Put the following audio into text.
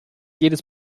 jedes